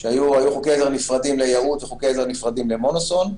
אלה היו חוקי עזר נפרדים ליהוד וחוקי עזר נפרדים למונוסון,